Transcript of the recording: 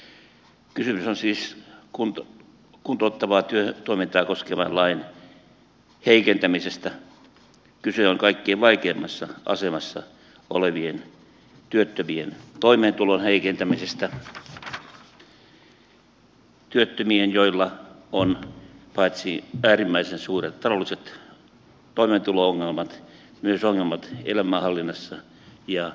kysymys on siis kuntouttavaa työtoimintaa koskevan lain heikentämisestä kyse on kaikkein vaikeimmassa asemassa olevien työttömien toimeentulon heikentämisestä työttömien joilla on paitsi äärimmäisen suuret taloudelliset toimeentulo ongelmat myös ongelmat elämänhallinnassa ja terveydessä